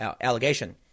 allegation